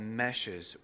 meshes